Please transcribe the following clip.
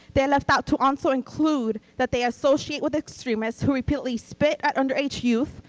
they left out to also include that they associate with extremists who repeatedly spit at underage youth,